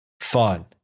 fun